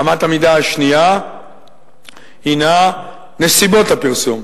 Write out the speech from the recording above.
אמת המידה השנייה הינה "נסיבות הפרסום.